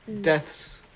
deaths